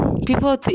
people